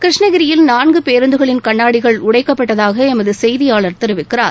கிருஷ்ணகிரியில் நான்கு பேருந்துகளின் கண்ணாடிகள் உடைக்கப்பட்டதாக எமது செய்தியாளா் தெரிவித்தார்